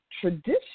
tradition